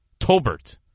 Tolbert